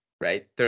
right